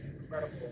incredible